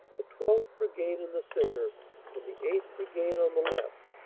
the twelfth. brigade in the centre and the eighth. brigade on the left,